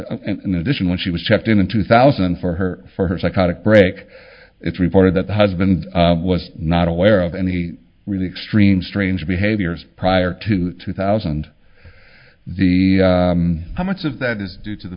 in addition when she was checked in in two thousand for her for her psychotic break it's reported that the husband was not aware of any really extreme strange behaviors prior to two thousand the how much of that is due to the